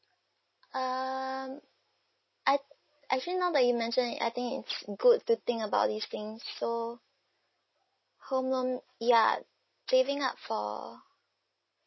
um I actually now that you mention it I think it's good to think about this thing so home loan ya saving up for